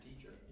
teacher